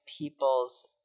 people's